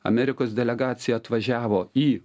amerikos delegacija atvažiavo į